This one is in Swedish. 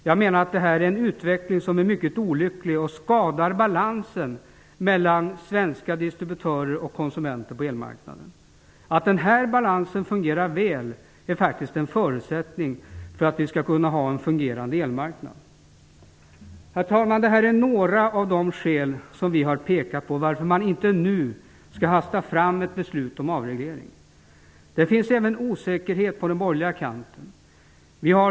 Jag menar att denna utveckling är mycket olycklig och skadar balansen mellan svenska distributörer och konsumenter på elmarknaden. En sådan balans är en förutsättning för att vi skall kunna ha en fungerande elmarknad. Herr talman! Detta är några av skälen till att man inte nu bör hasta fram ett beslut om avreglering. Det råder också osäkerhet på den borgerliga kanten.